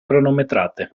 cronometrate